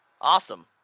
Awesome